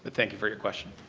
thank you for your question.